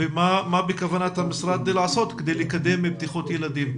אבל מה בכוונת המשרד לעשות כדי לקדם בטיחות ילדים.